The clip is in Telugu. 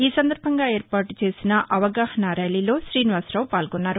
ఈ సందర్భంగా ఏర్పాటు చేసిన అవగాహనా ర్యాలీలో శ్రీనివాసరావు పాల్గొన్నారు